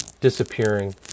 disappearing